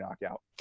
knockout